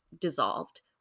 dissolved